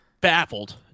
Baffled